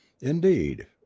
indeed